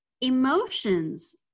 emotions